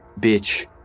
Bitch